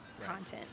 content